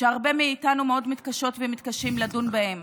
שהרבה מאיתנו מאוד מתקשות ומתקשים לדון בהם.